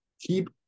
keep